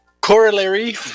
corollary